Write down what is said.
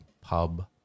pub